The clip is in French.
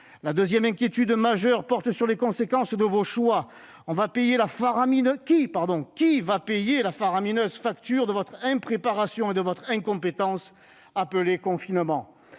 La deuxième inquiétude majeure porte sur les conséquences de vos choix. Qui va payer la faramineuse facture de votre impréparation et de votre incompétence appelées « confinement »